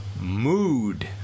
Mood